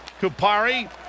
Kupari